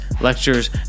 lectures